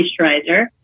Moisturizer